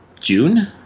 June